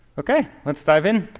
ok, let's dive in.